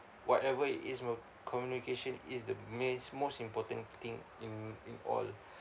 whatever it is more communication is the ma~ most important thing in in all